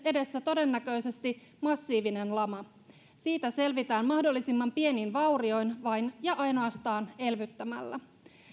edessä todennäköisesti massiivinen lama siitä selvitään mahdollisimman pienin vaurioin vain ja ainoastaan elvyttämällä